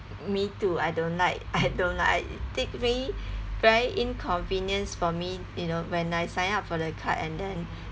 me too I don't like I don't like very inconvenience for me you know when I sign up for the card and then